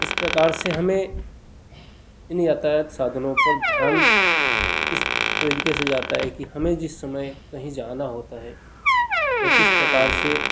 इस प्रकार से हमें इन यातायात साधनों पर ध्यान इस तरीके से जाता है कि हमें जिस समय कहीं जाना होता है या किस प्रकार से